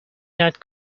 not